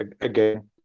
again